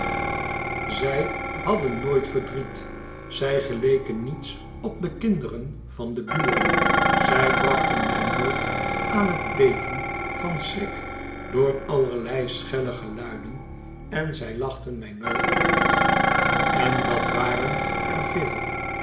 zij hadden oooit verdriet zij geleken niets op de kinderen van de buren zij brachten mij nooit aan het beven van schrik door allerlei schelle geluiden en zij lachten mij nooit uit en wat waren er veel